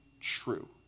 true